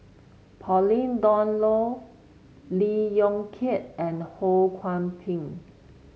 Pauline Dawn Loh Lee Yong Kiat and Ho Kwon Ping